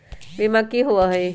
बीमा की होअ हई?